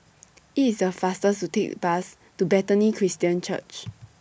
IT IS The fastest to Take The Bus to Bethany Christian Church